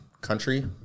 country